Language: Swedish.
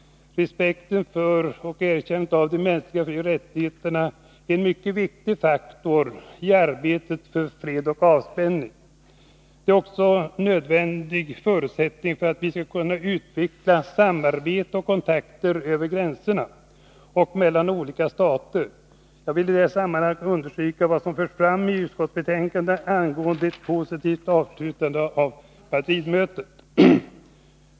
Respekten för och erkännandet av mänskliga frioch rättigheter är en mycket viktig faktor i arbetet för fred och avspänning. Det är också en nödvändig förutsättning för att vi skall kunna utveckla samarbete och kontakter över gränserna och mellan olika stater. Jag vill i detta sammanhang understryka vad som förts fram i utskottsbetänkandet angående ett positivt avslutande av Madridmötet.